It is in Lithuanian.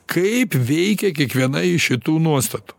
kaip veikia kiekviena iš šitų nuostatų